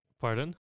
Pardon